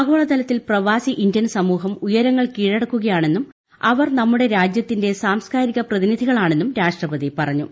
ആഗോളതലത്തിൽ പ്രവാസി ഇന്ത്യൻ സമൂഹം ഉയരങ്ങൾ കീഴടക്കുകയാണെന്നും അവർ നമ്മുടെ രാജൃത്തിന്റെ സാംസ്ക്കാരിക പ്രതിനിധികളാണെന്നും രാഷ്ട്രപതി പറഞ്ഞു